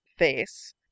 face